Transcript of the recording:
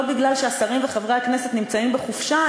לא מפני שהשרים וחברי הכנסת נמצאים בחופשה,